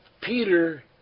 Peter